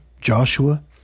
joshua